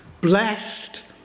blessed